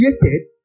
created